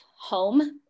home